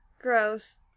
Gross